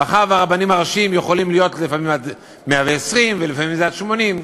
מאחר שהרבנים הראשיים יכולים להיות לפעמים עד 120 ולפעמים זה עד 80,